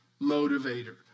motivator